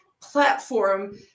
platform